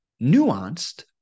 nuanced